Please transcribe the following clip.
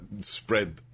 spread